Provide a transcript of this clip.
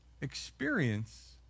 experience